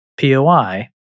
POI